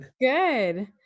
Good